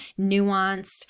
nuanced